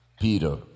Peter